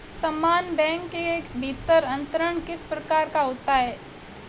समान बैंक के भीतर अंतरण किस प्रकार का होता है?